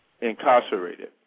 incarcerated